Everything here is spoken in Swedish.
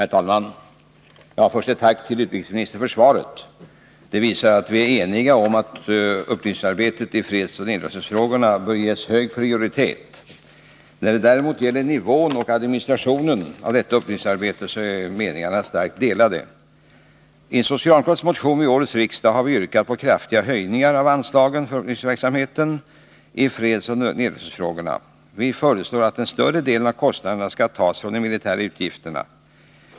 Herr talman! Först ett tack till utrikesministern för svaret. Det visar att vi är eniga om att upplysningsarbetet i fredsoch nedrustningsfrågorna bör ges hög prioritet. När det däremot gäller nivån och administrationen av detta upplysningsarbete är meningarna starkt delade. I en socialdemokratisk motion vid årets riksdag har vi yrkat på kraftiga höjningar av anslagen för upplysningsverksamheten i fredsoch nedrustningsfrågorna. Vi föreslår att den större delen av kostnaderna skall tas från de militära utgifterna.